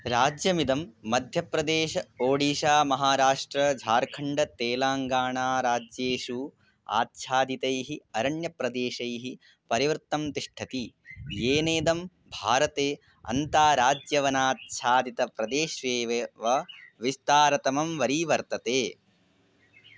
राज्यमिदं मध्यप्रदेशः ओडिशा महाराष्ट्रं झार्खण्ड् तेलाङ्गाणाराज्येषु आच्छादितैः अरण्यप्रदेशैः परिवृतं तिष्ठति येनेदं भारते अन्ताराज्यवनाच्छादितप्रदेशेष्वेव विस्तारतमं वरीवर्तते